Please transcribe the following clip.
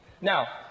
Now